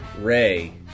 Ray